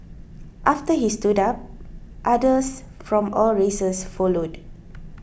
after he stood up others from all races followed